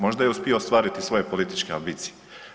Možda je uspio ostvariti svoje političke ambicije.